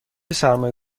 سرمایه